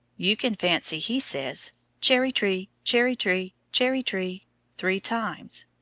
you can fancy he says cherry-tree, cherry-tree, cherry-tree three times.